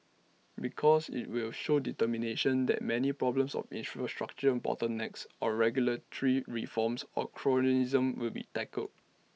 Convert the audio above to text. because IT will show determination that many problems of infrastructural bottlenecks of regulatory reforms of cronyism will be tackled